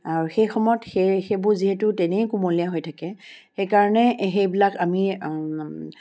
আৰু সেই সময়ত সেই সেইবোৰ যিহেতু তেনেই কুমলীয়া হৈ থাকে সেইকাৰণে সেইবিলাক আমি